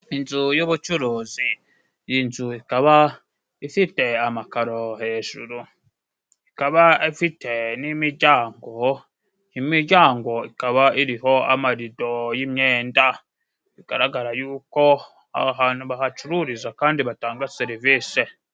Inzu y'ubucuruzi. Iyi nzu ikaba ifite amakaro hejuru. Ikaba ifite n'imijyango. Imijyango ikaba iriho amarido y'imyenda. Bigaragara yuko aha hantu bahacururiza kandi batanga serivise.